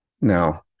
Now